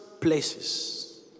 places